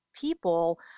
people